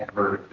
are